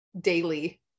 daily